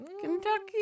Kentucky